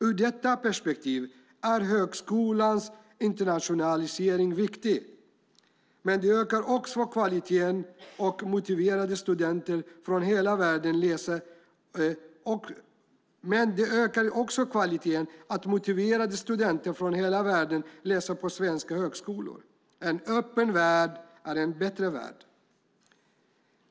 Ur detta perspektiv är högskolans internationalisering viktig, men det ökar också kvaliteten att motiverade studenter från hela världen läser på svenska högskolor. En öppen värld är en bättre värld.